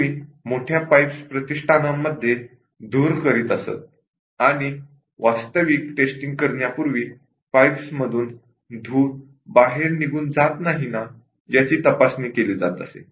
पूर्वी मोठ्या pipe installation मध्ये धूर केला जात असे आणि वास्तविक टेस्टिंग करण्यापूर्वी पाईप्समधून धूर बाहेर निघून जात नाही ना याची तपासणी केली जात असे